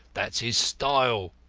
that's his style.